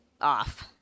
off